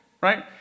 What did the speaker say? right